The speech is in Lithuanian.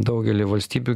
daugely valstybių